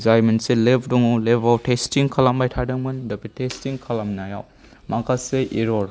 जाय मोनसे लेब दङ लेबआव टेस्टिं खालामबाय थादोंमोन दा बे टेस्टिं खालामनायाव माखासे एर'र